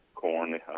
corn